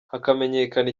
hakamenyekana